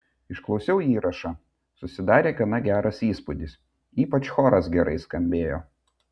išklausiau įrašą susidarė gana geras įspūdis ypač choras gerai skambėjo